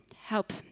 help